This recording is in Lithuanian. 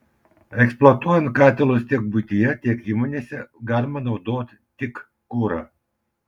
eksploatuojant katilus tiek buityje tiek įmonėse galima naudoti tik kurą